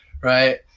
right